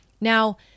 now